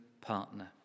partner